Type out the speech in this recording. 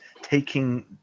taking